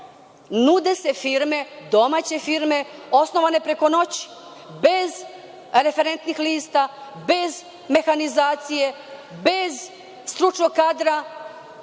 nude se firme, domaće firme, osnovane preko noći, bez referentnih lista, bez mehanizacije, bez stručnog kadra,